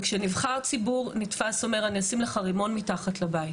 וכשנבחר ציבור נתפס אומר אני אשים לך רימון מתחת לבית